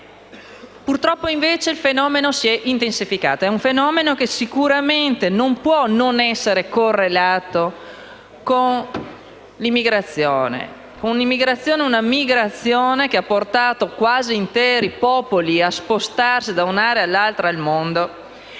Purtroppo, invece, il fenomeno si è intensificato. È un fenomeno che, sicuramente, non può non essere correlato all'immigrazione: un'immigrazione e una migrazione che hanno portato quasi interi popoli a spostarsi da un'area all'altra del mondo,